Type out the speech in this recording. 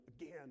again